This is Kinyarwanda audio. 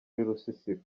rusisiro